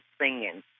singing